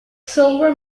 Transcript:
silver